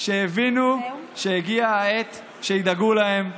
שהבינו שהגיעה העת שידאגו להם,